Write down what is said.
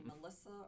Melissa